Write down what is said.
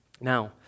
Now